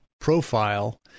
profile